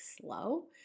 slow